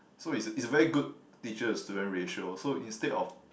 so is is a very good teacher to student ratio so instead of